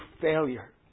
failure